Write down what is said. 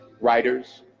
writers